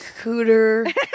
cooter